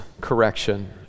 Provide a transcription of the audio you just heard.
correction